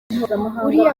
uriya